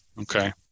Okay